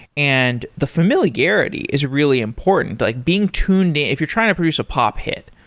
and the familiarity is really important. like being tuned if you're trying to produce a pop hit,